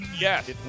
Yes